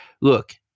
look